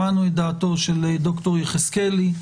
שמענו את דעתו של ד"ר יחזקאלי.